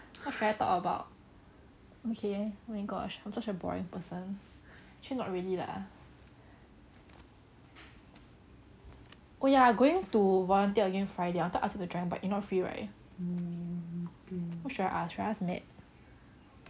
what should I talk about okay oh my gosh I'm such a boring person actually not really lah oh ya I going to volunteer again friday I wanted to ask you to join but you not free right who should I ask should I ask nat